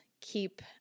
keep